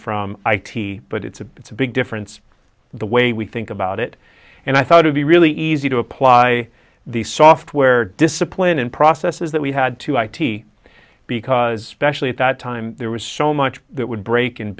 from i t but it's a it's a big difference in the way we think about it and i thought to be really easy to apply the software discipline and processes that we had to i t because actually at that time there was so much that would break in